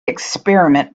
experiment